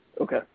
Okay